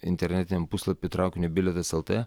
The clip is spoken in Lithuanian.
internetiniam puslapy traukinio bilietas lt